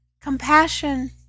Compassion